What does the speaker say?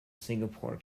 singapore